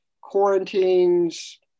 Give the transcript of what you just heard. quarantines